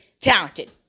talented